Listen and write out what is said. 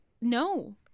No